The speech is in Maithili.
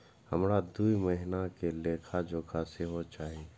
हमरा दूय महीना के लेखा जोखा सेहो चाही